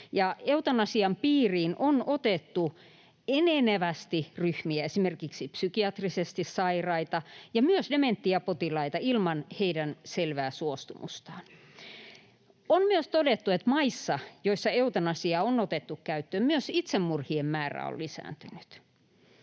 Eutanasian piiriin on otettu enenevästi ryhmiä, esimerkiksi psykiatrisesti sairaita ja myös dementiapotilaita, ilman heidän selvää suostumustaan. On myös todettu, että maissa, joissa eutanasia on otettu käyttöön, myös itsemurhien määrä on lisääntynyt.